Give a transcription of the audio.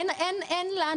אין לנו